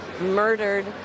murdered